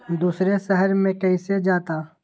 दूसरे शहर मे कैसे जाता?